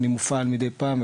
בו אני מופעל אני מידי פעם.